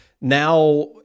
now